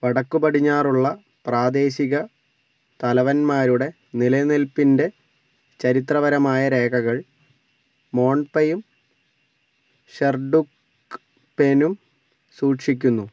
വടക്കുപടിഞ്ഞാറുള്ള പ്രാദേശിക തലവന്മാരുടെ നിലനിൽപ്പിൻ്റെ ചരിത്രപരമായ രേഖകൾ മോൺപയും ഷെർഡുക്പേനും സൂക്ഷിക്കുന്നു